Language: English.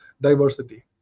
diversity